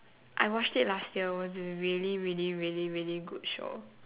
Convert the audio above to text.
I watched it last year it was a really really really really good show